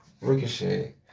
Ricochet